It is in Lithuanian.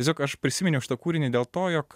tiesiog aš prisiminiau šitą kūrinį dėl to jog